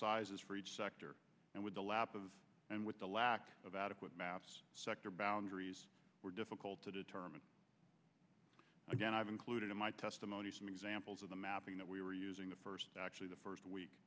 sizes for each sector and with the lap of and with the lack of adequate maps sector boundaries were difficult to determine again i've included in my testimony some examples of the mapping that we were using the first actually the first week